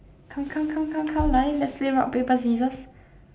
come come come come come 来 let's play rock paper scissors